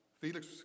Felix